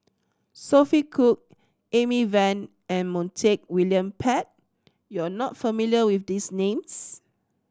Sophia Cooke Amy Van and Montague William Pett you are not familiar with these names